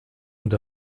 und